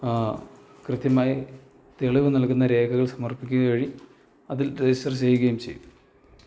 കൃത്യമായി തെളിവ് നൽകുന്ന രേഖകൾ സമർപ്പിക്കുക വഴി അതിൽ രജിസ്റ്റർ ചെയ്യുകയും ചെയ്തു